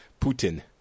Putin